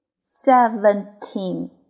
Seventeen